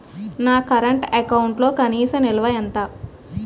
నా కరెంట్ అకౌంట్లో కనీస నిల్వ ఎంత?